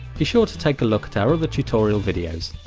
be sure to take a look at our other tutorial videos.